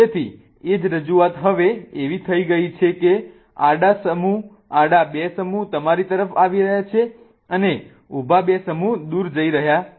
તેથી એ જ રજૂઆત હવે એવી થઈ ગઈ છે કે આડા 2 સમુહ તમારી તરફ આવી રહ્યા છે અને ઊભા 2 સમુહ દૂર જઈ રહ્યા છે